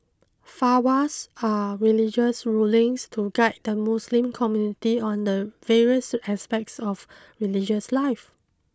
Fatwas are religious rulings to guide the Muslim community on the various aspects of religious life